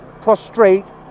prostrate